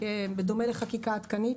בדומה לחקיקה עדכנית,